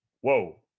whoa